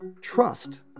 trust